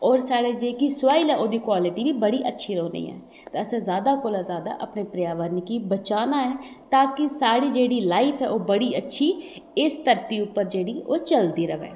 होर साढ़ी जेह्की सोआइल ऐ ओह्दी क्वालिटी बी अच्छी रौह्नी ते असें जैदा कोला जैदा अपने पर्यावरण गी बचाना ऐ तां कि साढ़ी जेह्ड़ी लाइफ ऐ ओह् बड़ी अच्छी इस धरती उप्पर जेह्डी ओह् चलदी र'वै